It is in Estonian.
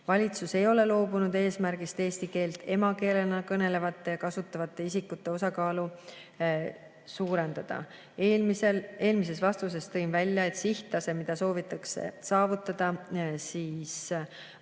Valitsus ei ole loobunud eesmärgist eesti keelt emakeelena kõnelevate ja kasutavate isikute osakaalu suurendada. Eelmises vastuses tõin välja, et sihttase, mida soovitakse saavutada, on kõrgem